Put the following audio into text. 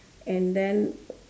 and then